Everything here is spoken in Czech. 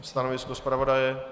Stanovisko zpravodaje?